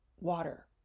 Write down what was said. water